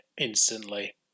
instantly